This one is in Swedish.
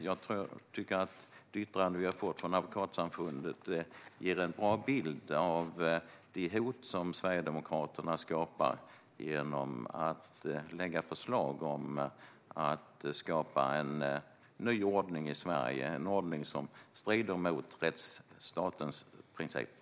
Jag tycker att det yttrande vi har fått från Advokatsamfundet ger en bra bild av det hot som Sverigedemokraterna skapar genom att lägga fram förslag om en ny ordning i Sverige, som strider mot rättsstatens principer.